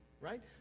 right